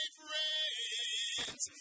friends